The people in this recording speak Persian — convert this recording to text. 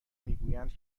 میگویند